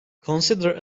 consider